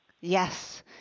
Yes